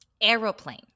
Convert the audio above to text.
Aeroplane